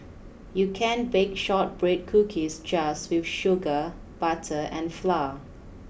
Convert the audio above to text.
you can bake shortbread cookies just with sugar butter and flour